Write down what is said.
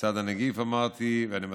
לצד הנגיף אמרתי, ואני מזכיר: